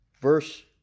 Verse